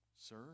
Sir